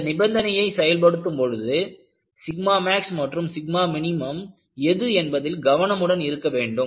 இந்த நிபந்தனையை செயல்படுத்தும் பொழுது max மற்றும் minஎது என்பதில் கவனமுடன் இருக்க வேண்டும்